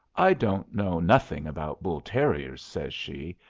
i don't know nothing about bull-terriers, says she,